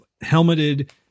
helmeted